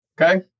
Okay